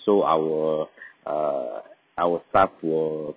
so our err our staff will